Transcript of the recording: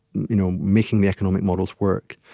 you know making the economic models work.